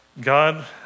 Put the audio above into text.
God